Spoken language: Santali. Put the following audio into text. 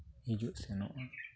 ᱦᱤᱡᱩᱜ ᱥᱮᱱᱚᱜᱼᱟ